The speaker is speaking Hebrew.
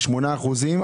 מ-8%?